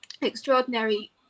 Extraordinary